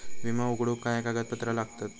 विमो उघडूक काय काय कागदपत्र लागतत?